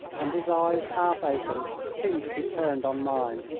and his eyes, half-opened, seemed to be turned on mine.